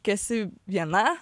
kai esi viena